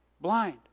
blind